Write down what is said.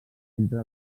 entre